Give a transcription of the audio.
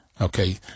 Okay